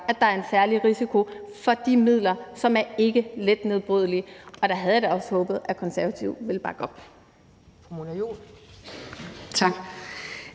at der er en særlig risiko med hensyn til de midler, som er ikkeletnedbrydelige. Der havde jeg da også håbet, at Konservative ville bakke op.